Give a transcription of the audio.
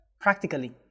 practically